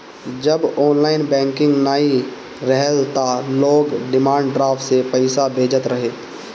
जब online banking नाइ रहल तअ लोग डिमांड ड्राफ्ट से पईसा भेजत रहे